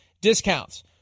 discounts